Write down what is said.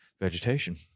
vegetation